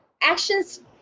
Actions